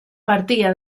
partía